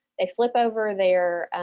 they flip over their